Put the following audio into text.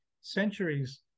centuries